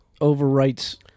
overwrites